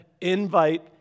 Invite